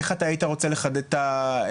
איך אתה היית רוצה לחדד את המענה?